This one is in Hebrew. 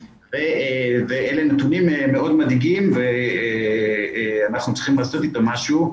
אלה נתונים מאוד מדאיגים ואנחנו צריכים לעשות איתם משהו.